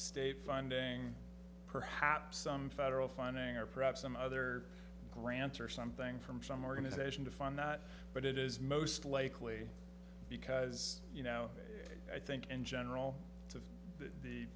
tate funding perhaps some federal funding or perhaps some other grants or something from some organization to fund but it is most likely because you know i think in general